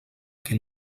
que